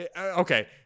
okay